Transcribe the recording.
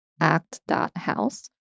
act.house